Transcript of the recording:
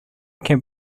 can